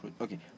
Okay